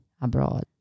abroad